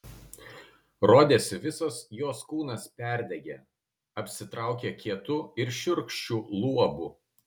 rodėsi visas jos kūnas perdegė apsitraukė kietu ir šiurkščiu luobu